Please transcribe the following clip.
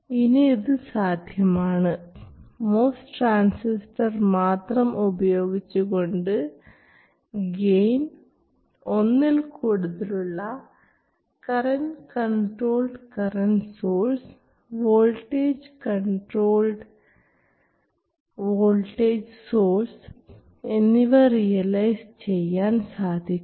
ഇനി ഇത് സാധ്യമാണ് MOS ട്രാൻസിസ്റ്റർ മാത്രം ഉപയോഗിച്ചുകൊണ്ട് ഗെയിൻ ഒന്നിൽ കൂടുതലുള്ള current controlled current source voltage controlled voltage source എന്നിവ റിയലൈസ് ചെയ്യാൻ സാധിക്കും